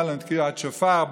מה לנו ולתקיעת שופר,